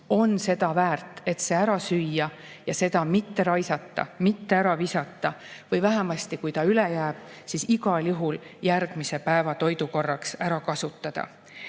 on seda väärt, et see ära süüa ja seda mitte raisata, mitte ära visata, või vähemasti, kui see üle jääb, siis igal juhul järgmise päeva toidukorraks ära kasutada? Ma